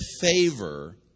favor